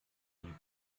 die